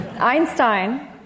Einstein